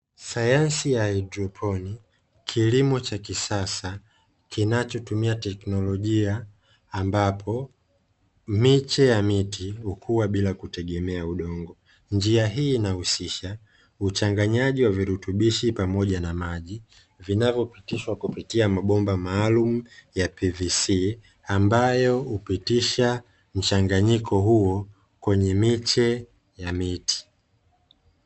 Sayansi ya haidroponi; kilimo cha kisasa kinachutumia teknolojia, ambapo miche ya miti hukua bila kutegemea udongo. Njia hii inahusisha uchanganyaji wa virutubishi pamoja na maji; vinavyopitishwa kupitia mabomba maalumu ya "PVC", ambayo hupitisha mchanganyiko huo kwenye miche ya miti.